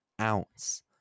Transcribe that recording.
ounce